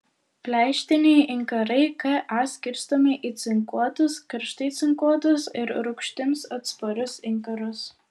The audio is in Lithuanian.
pleištiniai inkarai ka skirstomi į cinkuotus karštai cinkuotus ir rūgštims atsparius inkarus